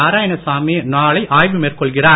நாராயணசாமி நாளை ஆய்வு மேற்கொள்கிறார்